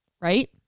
Right